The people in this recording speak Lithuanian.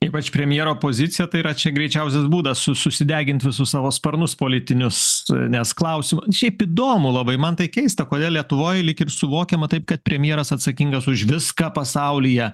ypač premjero pozicija tai yra čia greičiausias būdas su susideginti visus savo sparnus politinius nes klausimų šiaip įdomu labai man tai keista kodėl lietuvoj lyg ir suvokiama taip kad premjeras atsakingas už viską pasaulyje